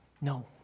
No